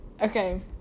okay